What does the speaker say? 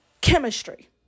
chemistry